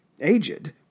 Aged